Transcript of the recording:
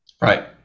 Right